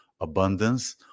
abundance